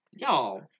Y'all